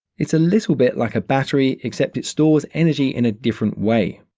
it's a little bit like a battery, except it stores energy in a different way.